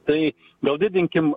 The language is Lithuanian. tai gal didinkim